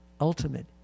ultimate